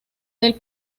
del